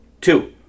Two